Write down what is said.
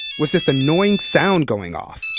was this annoying sound going off.